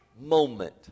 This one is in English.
moment